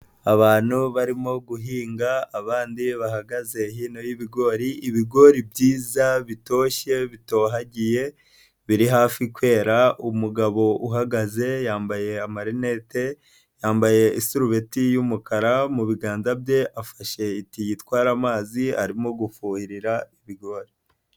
Abantu barimo guhinga abandi bahagaze hino y'ibigori, ibigori byiza bitoshye bitohagiye biri hafi kwera, umugabo uhagaze yambaye amarinete, yambaye isurubeti y'umukara, mu biganza bye afashe itiyo itwara amazi arimo gufuhira ibigori.